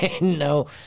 No